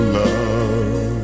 love